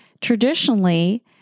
Traditionally